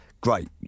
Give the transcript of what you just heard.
great